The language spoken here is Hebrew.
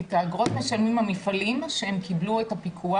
את האגרות משלמים המפעלים שהם קיבלו את הפיקוח.